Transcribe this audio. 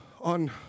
on